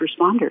responders